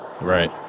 right